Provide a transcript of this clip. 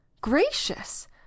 gracious